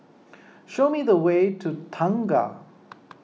show me the way to Tengah